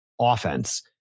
offense